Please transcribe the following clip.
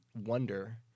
wonder